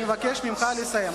אני מבקש ממך לסיים.